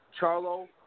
Charlo